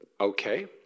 okay